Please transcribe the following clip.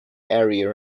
area